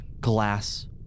glass